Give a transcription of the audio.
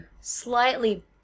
slightly